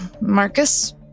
Marcus